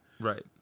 Right